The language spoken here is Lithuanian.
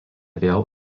vėl